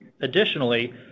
Additionally